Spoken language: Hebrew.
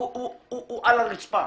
הוא על הרצפה.